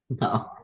No